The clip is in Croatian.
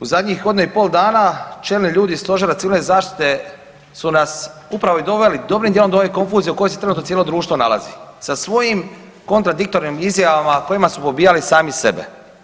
U zadnjih godinu i pol dana čelni ljudi iz stožera civilne zaštite su nas upravo i doveli dobrim dijelom do ove konfuzije u kojoj se trenutno cijelo društvo nalazi sa svojim kontradiktornim izjavama kojima su pobijali sami sebe.